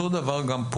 אותו הדבר גם כאן.